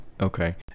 Okay